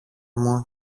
μου